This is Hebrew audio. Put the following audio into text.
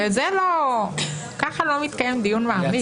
הרי ככה לא מתקיים דיון מעמיק.